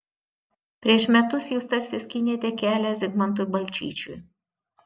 prieš metus jūs tarsi skynėte kelią zigmantui balčyčiui